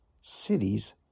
cities